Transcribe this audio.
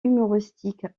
humoristique